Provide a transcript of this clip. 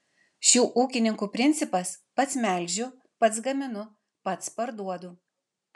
šių ūkininkų principas pats melžiu pats gaminu pats parduodu